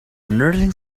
nursing